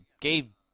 Game